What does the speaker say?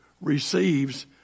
receives